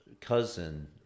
cousin